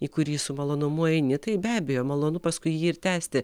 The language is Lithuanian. į kurį su malonumu eini tai be abejo malonu paskui jį ir tęsti